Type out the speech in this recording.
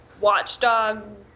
watchdog